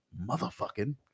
motherfucking